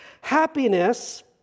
Happiness